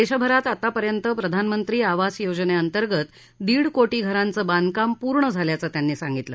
देशभरात आतापर्यंत प्रधानमंत्री आवास योजनेअंतर्गत दीड कोटी घरांचं बांधकाम पूर्ण झाल्याचं त्यांनी सांगितलं